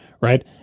right